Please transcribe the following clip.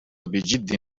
بجهد